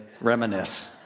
reminisce